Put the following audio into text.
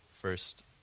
first